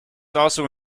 also